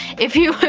if you,